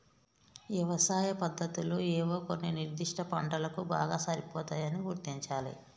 యవసాయ పద్దతులు ఏవో కొన్ని నిర్ధిష్ట పంటలకు బాగా సరిపోతాయని గుర్తించాలి